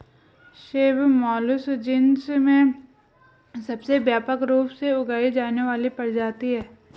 सेब Malus genus में सबसे व्यापक रूप से उगाई जाने वाली प्रजाति है